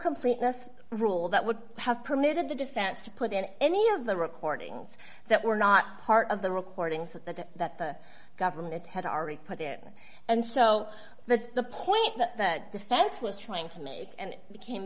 completeness rule that would have permitted the defense to put in any of the recordings that were not part of the recordings that the that the government had already put in and so that's the point that the defense was trying to make and it became